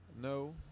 No